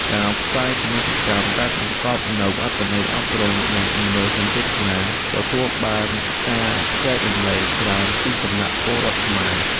ការផ្សាយពាណិជ្ជកម្មដែលបង្កប់នូវអត្ថន័យអប់រំ និងមនោសញ្ចេតនាទទួលបានការចែករំលែកច្រើនពីសំណាក់ពលរដ្ឋខ្មែរ។